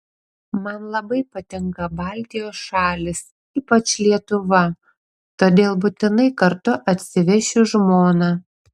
man labai patinka baltijos šalys ypač lietuva todėl būtinai kartu atsivešiu žmoną